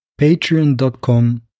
patreon.com